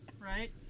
right